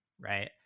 right